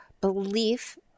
belief